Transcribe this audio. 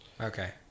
Okay